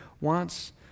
wants